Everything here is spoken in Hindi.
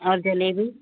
और जलेबी